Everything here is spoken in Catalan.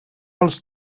els